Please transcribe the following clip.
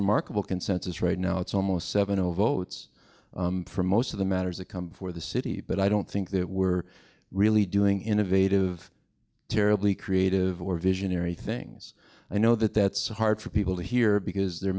remarkable consensus right now it's almost seven zero votes for most of the matters that come before the city but i don't think that we're really doing innovative terribly creative or visionary things i know that that's so hard for people to hear because there are